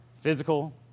physical